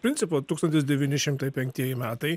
principo tūkstantis devyni šimtai penktieji metai